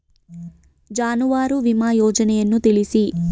ಜಾನುವಾರು ವಿಮಾ ಯೋಜನೆಯನ್ನು ತಿಳಿಸಿ?